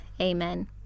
amen